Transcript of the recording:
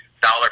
dollar